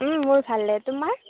মোৰ ভালে তোমাৰ